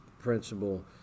principle